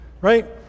right